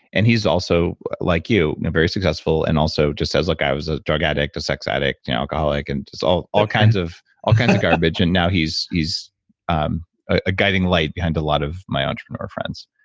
and he's also like you, know very successful and also just says, look, i was a drug addict, a sex addict, an alcoholic, and just all all kinds of ah garbage. and now he's he's um a guiding light behind a lot of my entrepreneur friends.